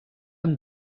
amb